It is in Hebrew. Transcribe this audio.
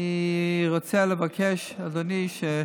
אני רוצה לבקש, אדוני,